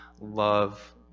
love